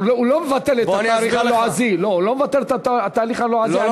הוא לא מבטל את התאריך הלועזי.